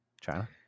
China